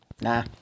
nah